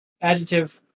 Adjective